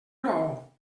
raó